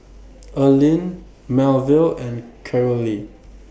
Earlean Melville and Carolee